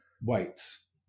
whites